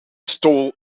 stole